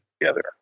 together